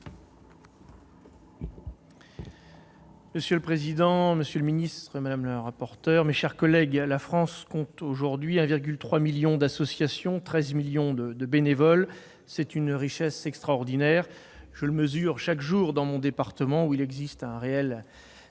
Monsieur le président, monsieur le secrétaire d'État, mes chers collègues, la France compte aujourd'hui 1,3 million d'associations et 13 millions de bénévoles. C'est une richesse extraordinaire. Je le mesure chaque jour dans mon département où il existe une réelle